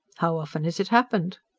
how often has it happened?